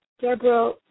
Deborah